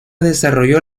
desarrolló